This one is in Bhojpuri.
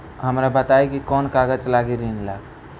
हमरा बताई कि कौन कागज लागी ऋण ला?